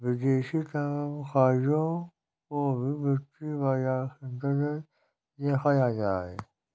विदेशी कामकजों को भी वित्तीय बाजार के अन्तर्गत देखा जाता है